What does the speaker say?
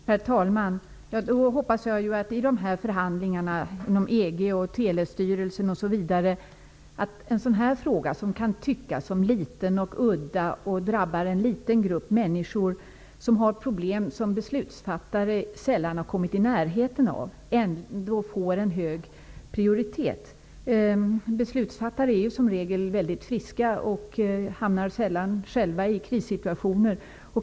Herr talman! Jag hoppas då att en sådan här fråga, som kan tyckas liten och udda och som drabbar en liten grupp människor som har problem av en sort som beslutsfattare sällan kommer i närheten av, ändå får en hög prioritet i förhandlingarna inom EG, Telestyrelsen, osv. Beslutsfattare är ju som regel väldigt friska och hamnar sällan själva i krissituationer.